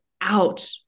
out